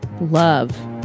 love